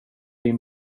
din